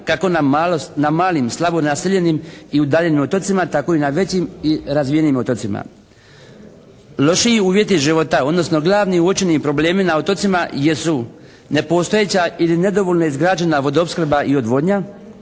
kako na malim i slabo naseljenim i udaljenim otocima tako i na većim i razvijenim otocima. Loši uvjeti života, odnosno glavni uočeni problemi na otocima jesu nepostojeća ili nedovoljno izgrađena vodoopskrba i odvodnja,